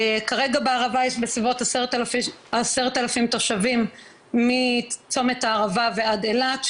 כרגע בערבה יש בסביבות 10 אלפים תושבים מצומת הערבה ועד אילת,